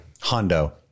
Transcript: hondo